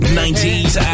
90s